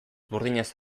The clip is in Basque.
burdinaz